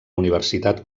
universitat